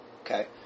Okay